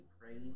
praying